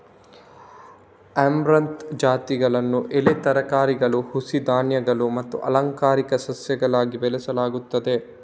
amaranth ಜಾತಿಗಳನ್ನು ಎಲೆ ತರಕಾರಿಗಳು, ಹುಸಿ ಧಾನ್ಯಗಳು ಮತ್ತು ಅಲಂಕಾರಿಕ ಸಸ್ಯಗಳಾಗಿ ಬೆಳೆಸಲಾಗುತ್ತದೆ